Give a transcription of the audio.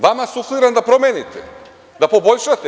Vama sufliram da promenite, da poboljšate.